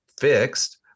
fixed